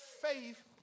faith